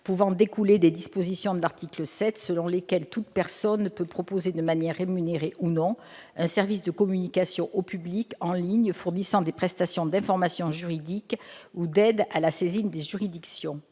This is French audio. pouvant découler des dispositions de l'article 7 aux termes desquelles toute personne peut proposer, de manière rémunérée ou non, un service de communication au public en ligne fournissant des prestations d'information juridique ou d'aide à la saisine de juridictions.